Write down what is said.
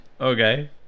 Okay